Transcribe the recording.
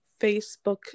Facebook